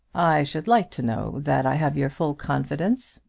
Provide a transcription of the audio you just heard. i should like to know that i have your full confidence,